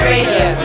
Radio